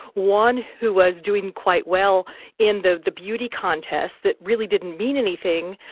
one who was doing quite well in the the beauty contest, that really didn't mean anything,